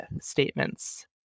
statements